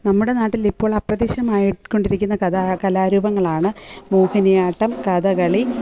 നമ്മുടെ നാട്ടിൽ ഇപ്പോൾ അപ്രത്യക്ഷമായി കൊണ്ടിരിക്കുന്ന കലാ രൂപങ്ങളാണ് മോഹിനിയാട്ടം കഥകളി